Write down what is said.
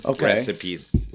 recipes